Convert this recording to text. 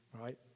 right